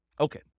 Okay